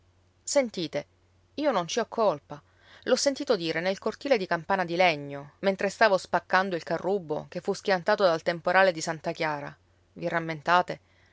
sentite io non ci ho colpa l'ho sentito dire nel cortile di campana di legno mentre stavo spaccando il carrubbo che fu schiantato dal temporale di santa chiara vi rammentate